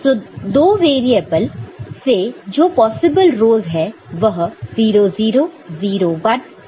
तो दो वेरिएबल से जो पॉसिबल रोस है वह 0 0 0 1 1 0 और 1 1 है